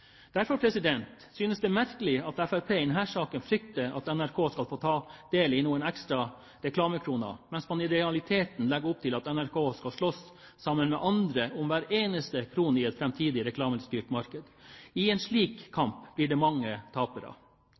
Derfor synes det merkelig at Fremskrittspartiet i denne saken frykter at NRK skal få ta del i noen ekstra reklamekroner, når man i realiteten legger opp til at NRK skal slåss sammen med andre om hver eneste krone i et framtidig reklamestyrt marked. I en slik kamp blir det mange tapere.